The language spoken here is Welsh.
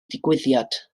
digwyddiad